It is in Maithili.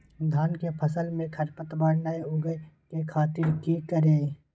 धान के फसल में खरपतवार नय उगय के खातिर की करियै?